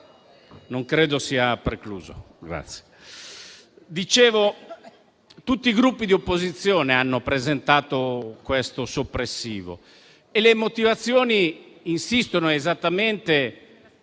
tutti i Gruppi di opposizione hanno presentato questo emendamento soppressivo e le motivazioni insistono esattamente